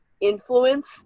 influence